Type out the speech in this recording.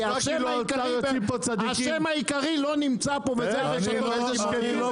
כי האשם העיקרי לא נמצא פה וזה הרשתות הקמעוניות.